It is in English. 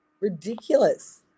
Ridiculous